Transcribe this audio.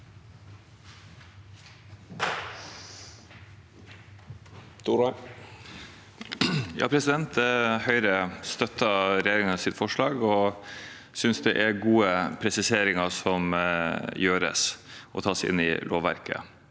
Høyre støt- ter regjeringens forslag og synes det er gode presiseringer som gjøres og tas inn i lovverket.